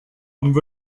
and